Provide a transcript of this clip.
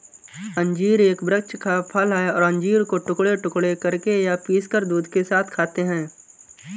अंजीर एक वृक्ष का फल है और अंजीर को टुकड़े टुकड़े करके या पीसकर दूध के साथ खाते हैं